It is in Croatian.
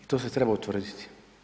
I to se treba utvrditi.